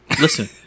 Listen